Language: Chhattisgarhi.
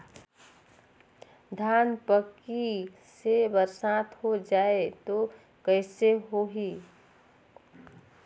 धान पक्की से बरसात हो जाय तो कइसे हो ही?